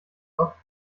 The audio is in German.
sorgt